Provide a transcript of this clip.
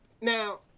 Now